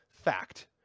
fact